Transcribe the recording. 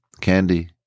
Candy